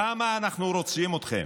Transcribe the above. כמה אנחנו רוצים אתכם.